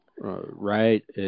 right